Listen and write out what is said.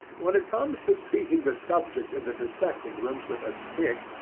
when it comes to beating the subjects in the dissecting-rooms with a stick,